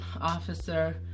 officer